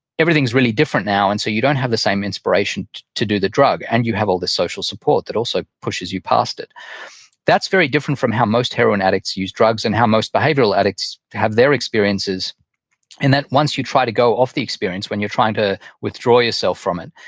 everything's really different now, and so you don't have the same inspiration to do the drug and you have all the social support that also pushes you past it that's very different from how most heroin addicts use drugs and how most behavioral addicts have their experiences in that once you try to go off the experience, when you're trying to withdraw yourself from it,